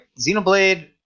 Xenoblade